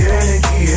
energy